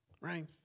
right